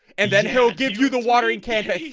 and then he'll give you the watering cancer